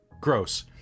gross